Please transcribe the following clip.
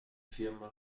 firma